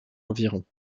environ